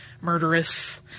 murderous